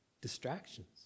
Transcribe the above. distractions